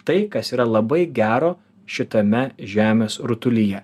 tai kas yra labai gero šitame žemės rutulyje